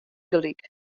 gelyk